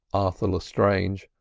arthur lestrange,